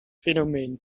fenomeen